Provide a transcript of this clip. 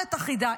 אומרת החידה.